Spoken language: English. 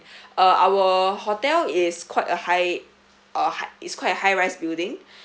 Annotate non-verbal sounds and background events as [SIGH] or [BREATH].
[BREATH] uh our hotel is quite a high uh high is quite high rise building